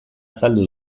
azaldu